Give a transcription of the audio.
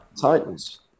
Titans